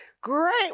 great